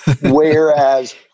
Whereas